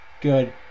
good